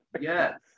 Yes